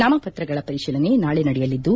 ನಾಮಪತ್ರಗಳ ಪರಿಶೀಲನೆ ನಾಳೆ ನಡೆಯಲಿದ್ದು